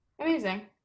amazing